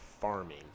farming